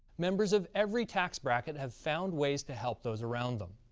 members of every tax bracket have found ways to help those around them.